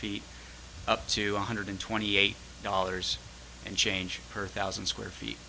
feet up to one hundred twenty eight dollars and change per thousand square feet